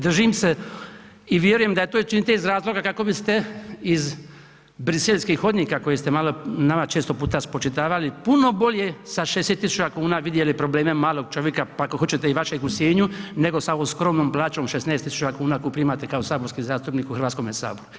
Držim se i vjerujem da to činite iz razloga kako biste iz bruxelleskih hodnika koje ste nama često puta spočitavali puno bolje sa 60 tisuća kuna vidjeli probleme malog čovjeka, pa ako hoćete i vašeg u Sinju nego sa ovom skromnom plaćom od 16 tisuća kuna koju primate kao saborski zastupnik u Hrvatskom saboru.